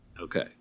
okay